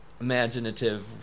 imaginative